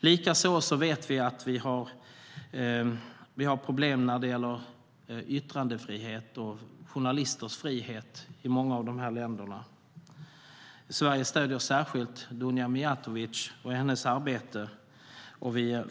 Likaså vet vi att vi har problem när det gäller yttrandefrihet och journalisters frihet i många av de här länderna. Sverige stöder särskilt Dunja Mijatovic och hennes arbete.